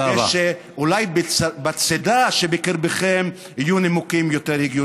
כדי שאולי בצידה שבקרבכם יהיו נימוקים יותר הגיוניים.